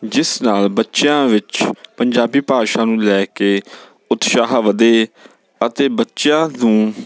ਜਿਸ ਨਾਲ ਬੱਚਿਆਂ ਵਿੱਚ ਪੰਜਾਬੀ ਭਾਸ਼ਾ ਨੂੰ ਲੈ ਕੇ ਉਤਸ਼ਾਹ ਵਧੇ ਅਤੇ ਬੱਚਿਆਂ ਨੂੰ